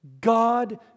God